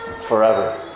forever